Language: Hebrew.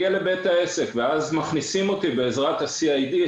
מכניסים אותי בעזרת ה-CID,